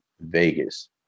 Vegas